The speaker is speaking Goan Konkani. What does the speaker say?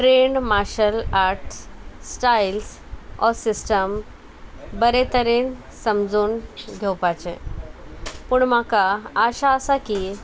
trained martial arts styles or system बरें तरेन समजून घेवपाचें पूण म्हाका आशा आसा की